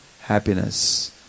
happiness